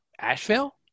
Asheville